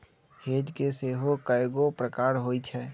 hedge के सेहो कएगो प्रकार होइ छै